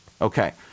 Okay